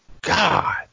God